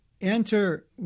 enter